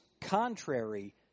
contrary